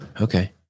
Okay